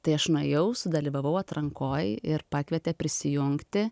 tai aš nuėjau sudalyvavau atrankoj ir pakvietė prisijungti